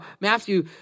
Matthew